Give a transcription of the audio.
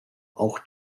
auch